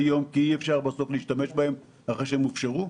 יום כי אי-אפשר להשתמש בהם אחרי שהם הופשרו?